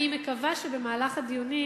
אני מקווה שבמהלך הדיונים,